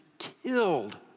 Killed